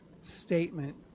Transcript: statement